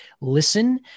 listen